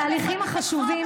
התהליכים החשובים,